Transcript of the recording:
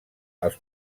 els